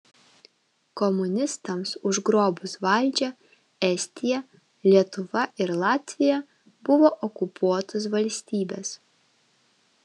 komunistams užgrobus valdžią estija lietuva ir latvija buvo okupuotos valstybės